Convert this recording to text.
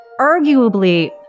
arguably